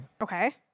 Okay